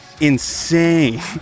insane